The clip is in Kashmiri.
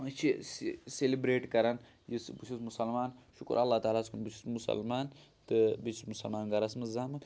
أسۍ چھِ أسۍ یہِ سیلِبرٛیٹ کَران یُس بہٕ چھُس مُسلمان شُکر اللہ تعالیٰ ہَس کُن بہٕ چھُس مُسلمان تہٕ بہٕ چھُس مُسلمان گَرَس منٛز زامُت